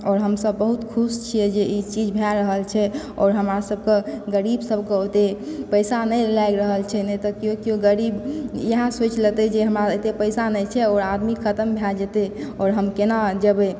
आओर हमसभ बहुत खुश छियै जे ई चीज भय रहल छै आओर हुमरा सभ के गरीब सभके ओतय पैसा नहि लागि रहल छै नहि तऽ केओ केओ गरीब इएह सोच लेतै जे हमरा अत्ते पैसा नहि छै आओर आदमी खतम भऽ जेतै आओर हम केना जेबै